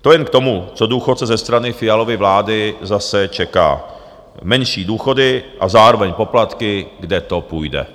To jen k tomu, co důchodce ze strany Fialovy vlády zase čeká: menší důchody a zároveň poplatky, kde to půjde.